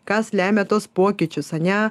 kas lemia tuos pokyčius ane